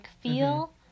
feel